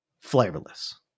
flavorless